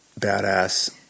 badass